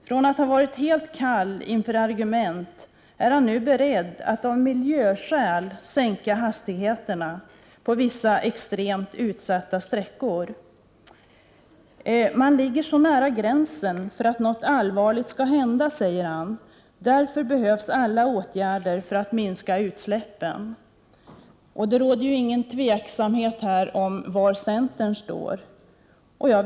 Från att ha varit helt kallsinnig inför argument är han nu beredd att av miljöskäl sänka hastigheterna på vissa extremt utsatta sträckor. Man ligger så nära gränsen för att något allvarligt skall hända, säger han, och därför behövs alla åtgärder för att minska utsläppen. Det råder inget tvivel om var centern står i denna fråga.